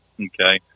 Okay